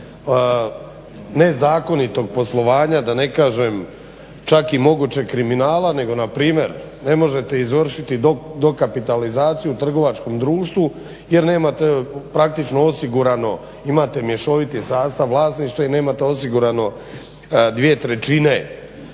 nezakonitog poslovanja, da ne kažem čak i mogućeg kriminala nego npr. ne možete izvršiti dokapitalizaciju u trgovačkom društvu jer nemate praktično osigurano, imate mješoviti sastav vlasništva i nemate osigurano dvije trećine